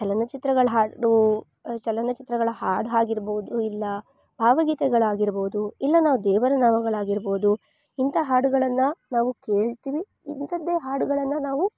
ಚಲನಚಿತ್ರಗಳ ಹಾಡು ಡು ಚಲನಚಿತ್ರಗಳ ಹಾಡಾಗಿರ್ಬೌದು ಇಲ್ಲ ಭಾವಗೀತೆಗಳಾಗಿರ್ಬೌದು ಇಲ್ಲ ನಾವು ದೇವರ ನಾಮಗಳಾಗಿರ್ಬೌದು ಇಂಥ ಹಾಡುಗಳನ್ನು ನಾವು ಕೇಳ್ತಿವಿ ಇಂಥದ್ದೆ ಹಾಡುಗಳನ್ನು ನಾವು